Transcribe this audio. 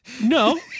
no